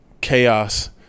chaos